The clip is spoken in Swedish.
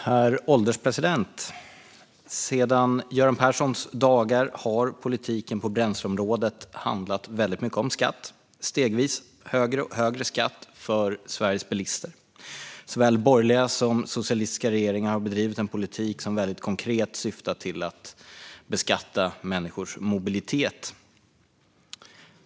Herr ålderspresident! Sedan Göran Perssons dagar har politiken på bränsleområdet handlat väldigt mycket om skatt - stegvis högre och högre skatt för Sveriges bilister. Såväl borgerliga som socialistiska regeringar har bedrivit en politik som konkret har syftat till att beskatta människors mobilitet.